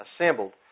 assembled